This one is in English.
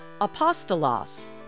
apostolos